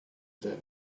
than